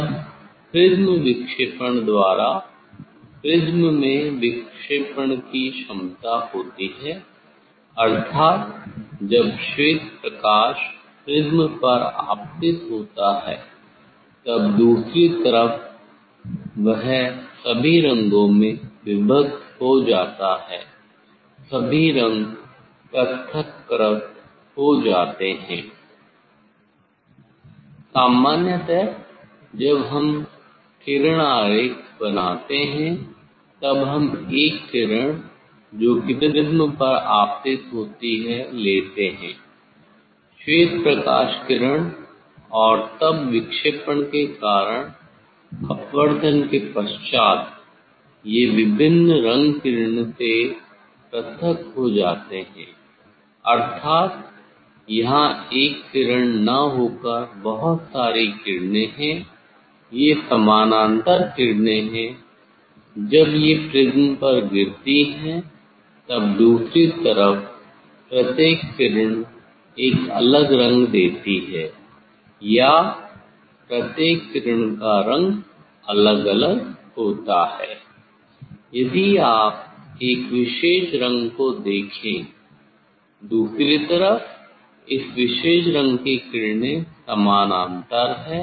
तब प्रिज़्म विक्षेपण द्वारा प्रिज़्म में विक्षेपण की क्षमता होती है अर्थात जब श्वेत प्रकाश प्रिज़्म पर आपतित होता है तब दूसरी तरफ वह सभी रंगों में विभक्त हो जाता है सभी रंग पृथक्कृत हो जाते हैं सामान्यतः जब हम किरण आरेख बनाते हैं तब हम एक किरण जो कि प्रिज़्म पर आपतित होती है लेते हैं श्वेत प्रकाश किरण और तब विक्षेपण के कारण अपवर्तन के पश्चात ये विभिन्न रंग किरण से पृथक हो जाते हैं अर्थात अब यहां एक किरण ना होकर बहुत सारी किरणें हैं ये समानांतर किरणें हैं जब ये प्रिज़्म पर गिरती है तब दूसरी तरफ प्रत्येक किरण एक अलग रंग देती है या प्रत्येक किरण का रंग अलग अलग होता है यदि आप एक विशेष रंग को देखें दूसरी तरफ इस विशेष रंग की किरणें समानांतर हैं